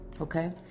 okay